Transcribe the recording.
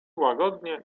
łagodnie